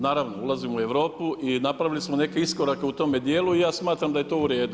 Naravno ulazimo u Europu i napravili smo neke iskorake u tome dijelu i ja smatram da je to u redu.